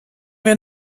wir